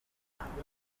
nsigaye